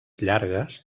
llargues